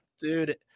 dude